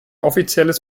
offizielles